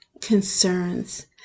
concerns